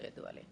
לא ידוע לי.